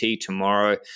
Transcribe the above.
tomorrow